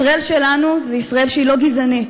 ישראל שלנו, ישראל שהיא לא גזענית,